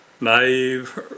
naive